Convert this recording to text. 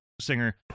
Singer